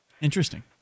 Interesting